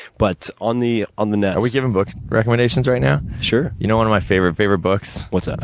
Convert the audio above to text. but, on the on the nets? are we giving book recommendations right now? sure. you know one of my favorite, favorite books? what's